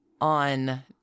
on